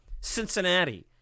Cincinnati